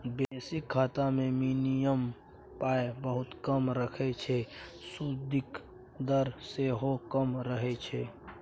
basic खाता मे minimum पाइ बहुत कम रहय छै सुदिक दर सेहो कम रहय छै